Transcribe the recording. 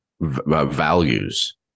values